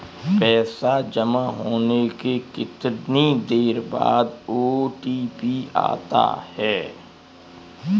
पैसा जमा होने के कितनी देर बाद ओ.टी.पी आता है?